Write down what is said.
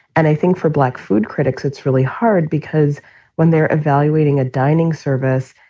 and i think for black food critics, it's really hard because when they're evaluating a dining service,